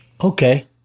Okay